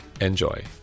Enjoy